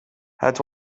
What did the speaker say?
het